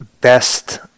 best